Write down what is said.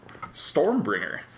Stormbringer